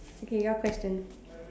okay your question